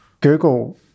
Google